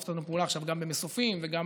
ומשתפת איתנו פעולה עכשיו גם במסופים וגם